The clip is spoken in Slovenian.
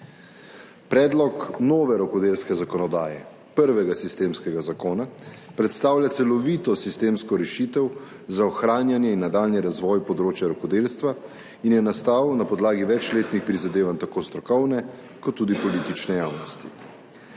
Predlog nove rokodelske zakonodaje, prvega sistemskega zakona, predstavlja celovito sistemsko rešitev za ohranjanje in nadaljnji razvoj področja rokodelstva in je nastal na podlagi večletnih prizadevanj tako strokovne kot tudi politične javnosti.